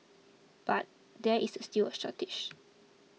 but there is still a shortage